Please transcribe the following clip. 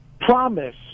promise